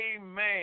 amen